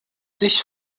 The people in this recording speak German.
dich